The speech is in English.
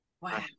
Wow